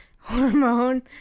hormone